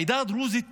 העדה הדרוזית